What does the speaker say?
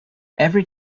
every